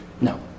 no